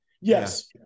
Yes